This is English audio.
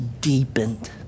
deepened